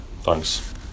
Thanks